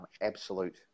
Absolute